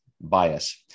bias